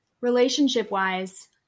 relationship-wise